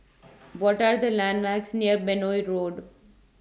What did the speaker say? What Are The landmarks near Benoi Road